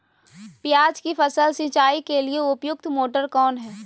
प्याज की फसल सिंचाई के लिए उपयुक्त मोटर कौन है?